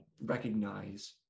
recognize